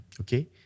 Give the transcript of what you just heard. Okay